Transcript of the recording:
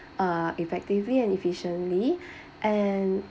uh effectively and efficiently and